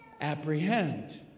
apprehend